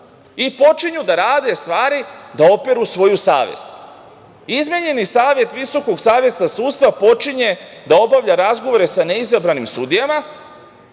i počinju da rade stvari da operu svoju savest. Izmenjeni Savet Visokog saveta sudstva počinje da obavlja razgovore sa neizabranim sudijama,